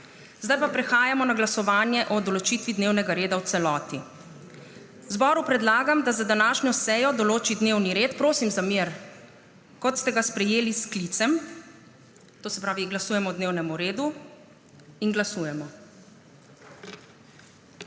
Zdaj pa prehajamo na glasovanje o določitvi dnevnega reda v celoti. Zboru predlagam, da za današnjo sejo določi dnevni red …/ nemir v dvorani/ Prosim za mir! Kot ste ga sprejeli s sklicem. To se pravi, glasujemo o dnevnem redu. Glasujemo.